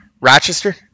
Rochester